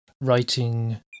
writing